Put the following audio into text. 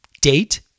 date